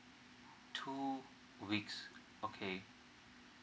two weeks okay